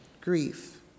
grief